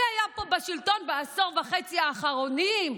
מי היה פה בשלטון בעשור וחצי האחרונים?